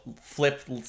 flip